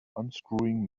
unscrewing